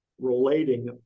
relating